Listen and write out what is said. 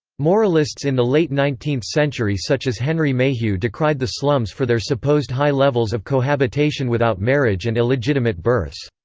moralists in the late nineteenth century such as henry mayhew decried the slums for their supposed high levels of cohabitation without marriage and illegitimate births.